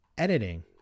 Editing